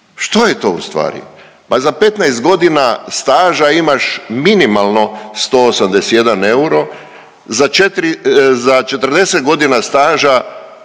to je ono ustvari